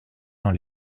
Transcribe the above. dans